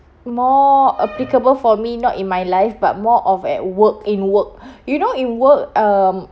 more applicable for me not in my life but more of at work in work you know in work um